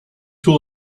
will